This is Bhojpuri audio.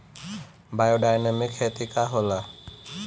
बायोडायनमिक खेती का होला?